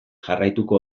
jarraituko